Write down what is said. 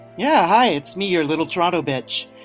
yeah hi it's me your little toronto bitch